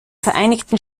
vereinigten